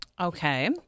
Okay